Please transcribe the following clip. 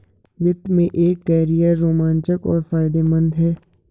वित्त में एक कैरियर रोमांचक और फायदेमंद है